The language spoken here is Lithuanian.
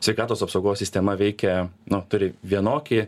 sveikatos apsaugos sistema veikia nu turi vienokį